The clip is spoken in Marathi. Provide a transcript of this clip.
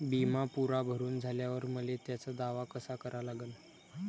बिमा पुरा भरून झाल्यावर मले त्याचा दावा कसा करा लागन?